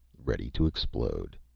ready to explode.